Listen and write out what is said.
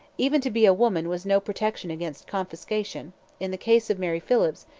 even to be a woman was no protection against confiscation in the case of mary phillips,